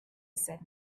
said